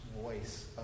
voice